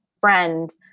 friend